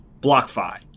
BlockFi